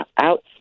out